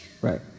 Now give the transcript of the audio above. Right